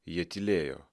jie tylėjo